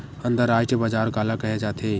अंतरराष्ट्रीय बजार काला कहे जाथे?